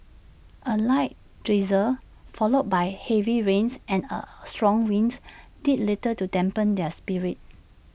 A light drizzle followed by heavy rains and A strong winds did little to dampen their spirits